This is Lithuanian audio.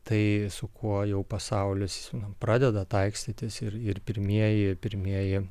tai su kuo jau pasaulis nu pradeda taikstytis ir ir pirmieji pirmieji